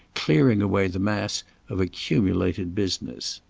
clearing away the mass of accumulated business.